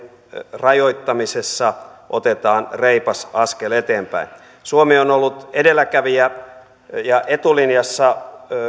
rajoittamisessa otetaan reipas askel eteenpäin suomi on ollut edelläkävijä ja etulinjassa